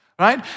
Right